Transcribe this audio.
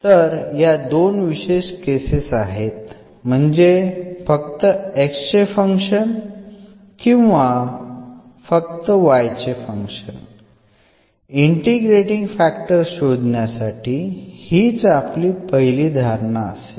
तर या दोन विशेष केसेस आहेत म्हणजे फक्त x चे फंक्शन किंवा फक्त y चे फंक्शन इंटिग्रेटींग फॅक्टर शोधण्यासाठी हीच आपली पहिली धारणा असेल